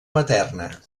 materna